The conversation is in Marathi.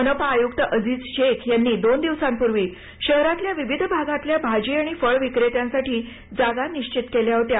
मनपा आयुक्त अजिज शेख यांनी दोन दिवसांपूर्वी शहरातील विविध भागातील भाजी आणि फळ विक्रेत्यांसाठी जागा निश्चित केल्या होत्या